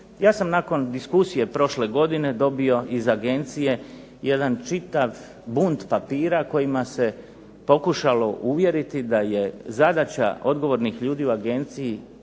Ja sam nakon diskusije prošle godine dobio iz agencije jedan čitav bunt papira kojima se pokušalo uvjeriti da je zadaća odgovornih ljudi u agenciji